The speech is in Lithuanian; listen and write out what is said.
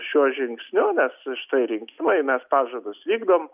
šiuo žingsniu nes štai rinkimai mes pažadus vykdom